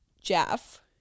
Jeff